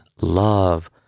love